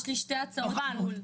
יש לי שתי הצעות ייעול.